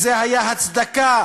זו הייתה ההצדקה